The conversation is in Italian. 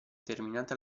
terminata